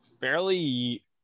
fairly